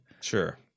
Sure